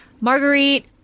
Marguerite